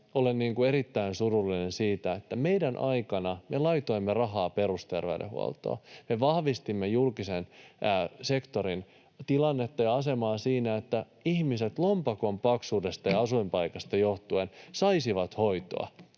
olen erittäin surullinen siitä, että vaikka meidän aikana me laitoimme rahaa perusterveydenhuoltoon ja vahvistimme julkisen sektorin tilannetta ja asemaa, niin että ihmiset lompakon paksuudesta ja asuinpaikasta johtumatta saisivat hoitoa